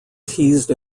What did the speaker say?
teased